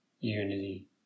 unity